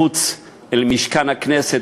מחוץ למשכן הכנסת,